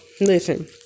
Listen